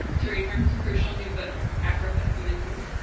to read from his crucial new book, afropessimism,